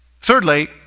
Thirdly